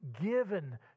given